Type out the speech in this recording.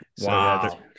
Wow